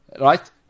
right